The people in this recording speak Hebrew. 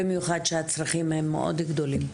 במיוחד כשהצרכים הם מאוד גדולים.